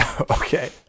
Okay